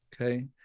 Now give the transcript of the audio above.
Okay